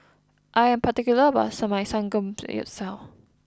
I am particular about my Samgeyopsal